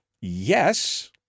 Yes